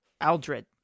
Aldred